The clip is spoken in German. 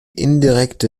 indirekte